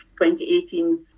2018